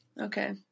Okay